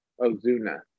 Ozuna